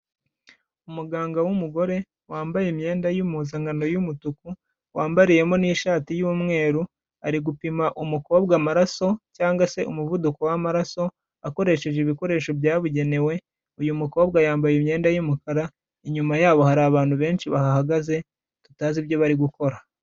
Umuganga w'umugore wambaye imyenda y'impuzankano y'umutuku, wambariyemo n'ishati y'umweru ari gupima umukobwa amaraso cyangwa se umuvuduko w'amaraso akoresheje ibikoresho byabugenewe, uyu mukobwa yambaye imyenda y'umukara, inyuma yabo hari abantu benshi bahahagaze tutazi ibyo bari gukora.